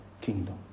kingdom